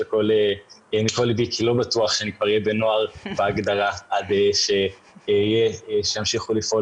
בכנסת הבאה אני לא בטוח שאני אהיה בהגדרת נוער ואני מבקש שתמשיכו לפעול